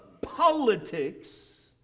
politics